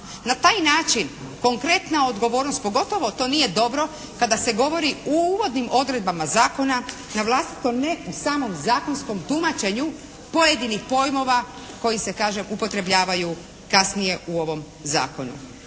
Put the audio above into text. Na taj način konkretna odgovornost pogotovo to nije dobro kada se govori u uvodnim odredbama zakona na vlastito ne u samom zakonskom tumačenju pojedinih pojmova koji se kažem upotrebljavaju kasnije u ovom zakonu.